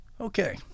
okay